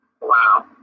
Wow